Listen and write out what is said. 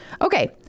Okay